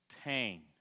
pain